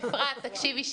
אפרת, תקשיבי,